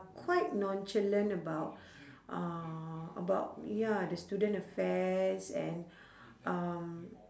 quite nonchalant about uh about ya the student affairs and um